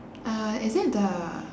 uh is it the